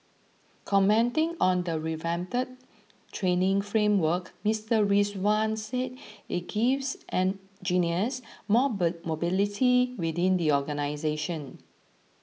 commenting on the revamped training framework Mr Rizwan said it gives engineers more mobility within the organisation